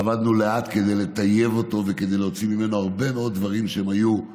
עבדנו לאט כדי לטייב אותו וכדי להוציא ממנו הרבה מאוד דברים שהיו על